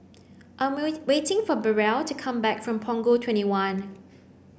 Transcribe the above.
I am waiting for Beryl to come back from Punggol twenty one